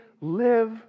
live